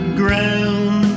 ground